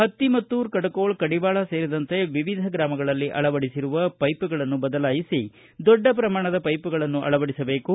ಪತ್ತಿಮತ್ತೂರ ಕಡಕೋಳ ಕಡಿವಾಳ ಸೇರಿದಂತೆ ವಿವಿಧ ಗ್ರಾಮಗಳಲ್ಲಿ ಅಳವಡಿಸಿರುವ ವೈಪ್ಗಳನ್ನು ಬದಲಾಯಿಸಿ ದೊಡ್ಡ ಪ್ರಮಾಣದ ಪೈಪ್ಗಳನ್ನು ಅಳವಡಿಸಬೇಕು